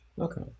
okay